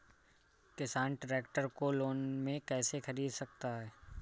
किसान ट्रैक्टर को लोन में कैसे ख़रीद सकता है?